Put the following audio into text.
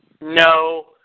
no